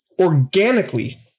organically